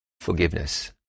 forgiveness